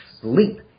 sleep